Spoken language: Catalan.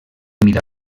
mida